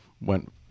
went